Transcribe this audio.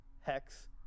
Hex